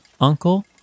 Uncle